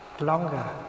longer